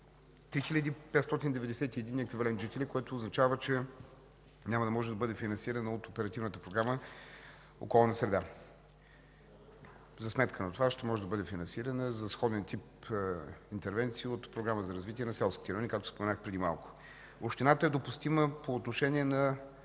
3591 еквивалент жители, което означава, че няма да може да бъде финансирана от Оперативната програма „Околна среда”. За сметка на това ще може да бъде финансирана за сходен тип интервенции от Програма за развитие на селските райони, както споменах преди малко. Общината е допустима по отношение на